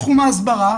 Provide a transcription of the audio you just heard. בתחום ההסברה,